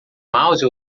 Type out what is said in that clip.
mouse